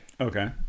okay